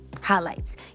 highlights